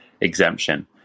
exemption